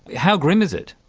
how grim is it?